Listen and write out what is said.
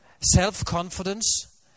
Self-confidence